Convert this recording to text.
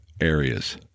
areas